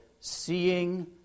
Seeing